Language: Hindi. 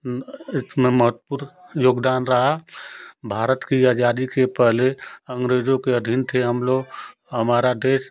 इसमें महत्वपूर्ण योगदान रहा भारत की आज़ादी के पहले अंग्रेज़ों के अधीन थे हम लोग हमारा देश